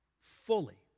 fully